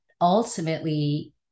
ultimately